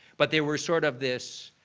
but they were sort of this,